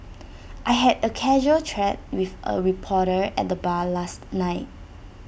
I had A casual chat with A reporter at the bar last night